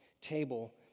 table